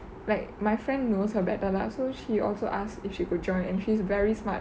like my friend knows her better lah so she also ask if she could join and she's very smart